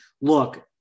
look